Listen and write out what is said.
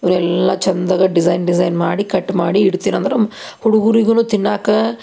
ಇವನ್ನೆಲ್ಲ ಚಂದಾಗ design design ಮಾಡಿ ಕಟ್ ಮಾಡಿ ಇಡ್ತಿನಂದ್ರೆ ಹುಡ್ಗುರಿಗೂನು ತಿನ್ನಕ್ಕ